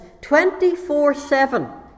24-7